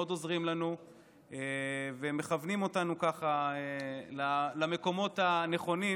מאוד עוזרים לנו ומכוונים אותנו ככה למקומות הנכונים,